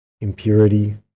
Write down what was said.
impurity